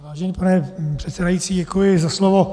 Vážený pane předsedající, děkuji za slovo.